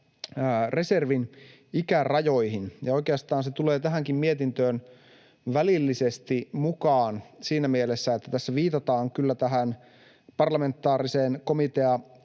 reservin ikärajoihin. Oikeastaan se tulee tähänkin mietintöön välillisesti mukaan siinä mielessä, että tässä viitataan kyllä tähän parlamentaariseen komiteatyöhön